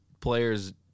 players